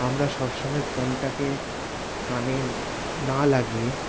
আমরা সবসময় ফোনটাকে কানে না লাগিয়ে